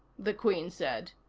the queen said.